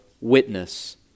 witness